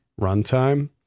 runtime